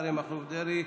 אריה מכלוף דרעי,